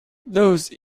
those